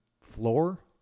floor